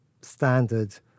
standard